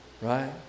right